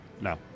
No